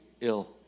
ill